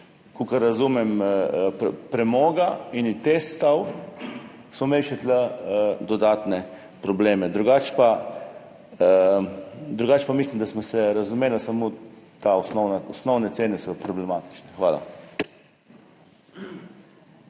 kakor razumem, premoga in je TEŠ stal, smo imeli tu še dodatne probleme. Drugače pa mislim, da sva se razumela, samo te osnovne cene so problematične. Hvala.